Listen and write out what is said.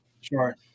Sure